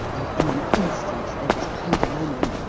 and in an instant there was pandemonium.